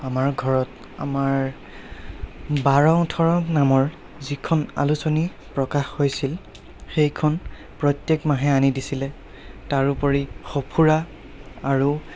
আমাৰ ঘৰত আমাৰ বাৰ ওঁঠৰ নামৰ যিখন আলোচনী প্ৰকাশ হৈছিল সেইখন প্ৰত্যেক মাহে আনি দিছিলে তাৰোপৰি সঁফুৰা আৰু